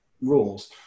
rules